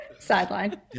Sideline